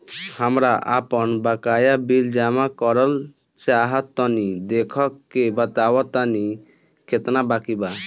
हमरा आपन बाकया बिल जमा करल चाह तनि देखऽ के बा ताई केतना बाकि बा?